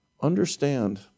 Understand